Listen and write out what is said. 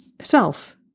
self